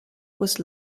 was